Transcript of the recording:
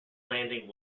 landing